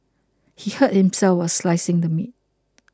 he hurt himself while slicing the meat